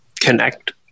connect